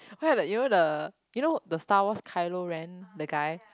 where are the you know the you know the Star-Wars Kylo-Ren the guy